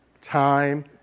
Time